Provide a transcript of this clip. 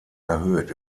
erhöht